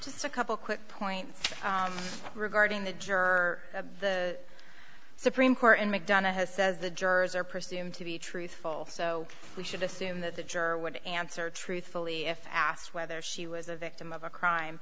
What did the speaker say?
just a couple quick points regarding the juror at the supreme court in mcdonough has says the jurors are presumed to be truthful so we should assume that the juror would answer truthfully if asked whether she was a victim of a crime